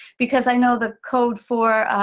because i know the code for,